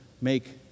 make